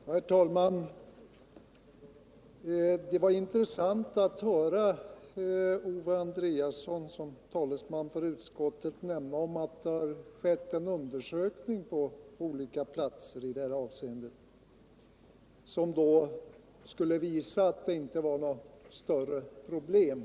Herr talman! Det var intressant att höra Owe Andréasson som talesman för utskottet säga att det på olika platser gjorts undersökningar, som då skulle visa att det inte är något större problem.